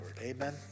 Amen